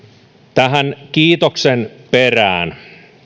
tähän kiitoksen perään